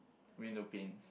window pins